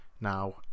Now